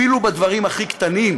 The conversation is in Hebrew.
אפילו בדברים הכי קטנים,